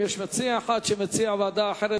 אם יש מציע אחד שמציע ועדה אחרת,